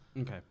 okay